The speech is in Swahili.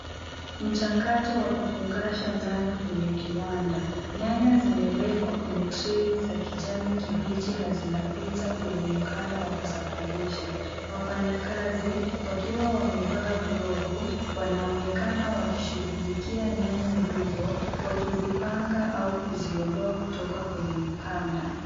Mchakato wa kufangasha nyanya wenye kiwanda, nyanya zimewekwa kwenye trei za kijani kibIchi na zinapita kwenye mkanda wa kusafirisha. Wafanyakazi wakiwa wamevaa glovu wanashikilia nyanya hizo wakizipanga au kuziondoa kutoka kwenye mkanda.